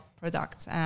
Products